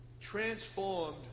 Transformed